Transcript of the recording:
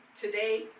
today